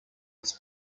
its